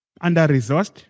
under-resourced